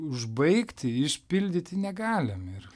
užbaigti išpildyti negalim ir